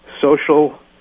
social